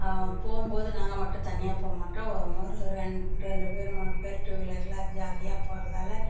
போகும்போது நாங்கள் மட்டும் தனியாக போக மாட்டோம் ஒரு ரெண் ரெண்டு பேரும் மூணு பேர் டூவீலரில் ஜாலியாக போகிறதால